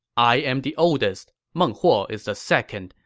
i am the oldest, meng huo is the second,